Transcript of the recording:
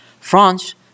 France